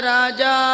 Raja